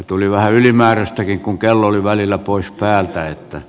tuli vähän ylimääräistäkin kun kello oli välillä pois päältä